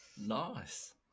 nice